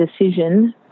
decision